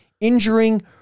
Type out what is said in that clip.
injuring